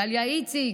דליה איציק,